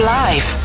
life